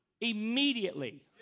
Immediately